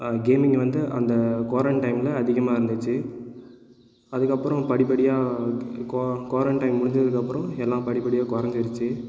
gaming வந்து அந்த கோரண்ட் டைமில் அதிகமாக இருந்துச்சு அதுக்கு அப்புறம் படிபடியாக கோரண்ட் டைம் முடிஞ்சதுக்கு அப்புறம் எல்லா படிபடியாக குறஞ்சிடுச்சி